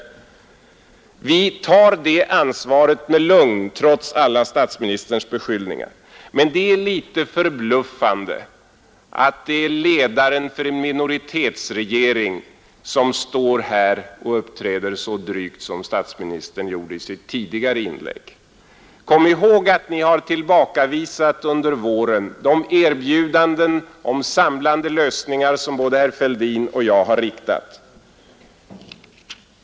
Vi tar det ansvaret med lugn trots alla statsministerns beskyllningar. Men det är litet förbluffande att det är ledaren för en minoritetsregering som står här och uppträder så drygt som statsministern gjorde i sitt tidigare inlägg. Kom ihåg att ni under våren har tillbakavisat det erbjudande om samlade lösningar som både herr Fälldin och jag har gjort!